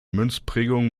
münzprägung